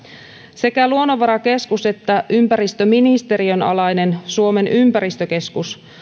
sekä luonnonvarakeskus että ympäristöministeriön alainen suomen ympäristökeskus